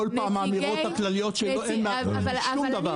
כל פעם האמירות הכלליות שאין מאחוריהן שום דבר,